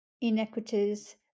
inequities